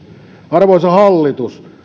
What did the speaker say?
arvoisa hallitus